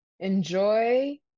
Enjoy